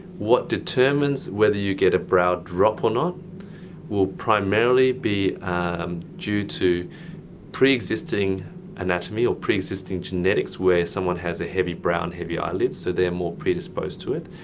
what determines whether you get a brow drop or not will primarily be um due to preexisting anatomy or preexisting genetics where someone has a heavy brow and heavy eyelids so they are more predisposed to it.